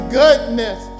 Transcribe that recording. goodness